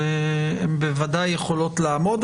בוודאי הן יכולות לעמוד,